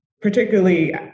particularly